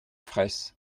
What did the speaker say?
fraysse